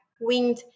wind